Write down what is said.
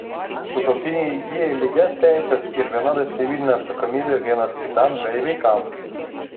sutuoktiniai įgyja lygias teises ir vienodą civilinę atsakomybę vienas kitam bei vaikams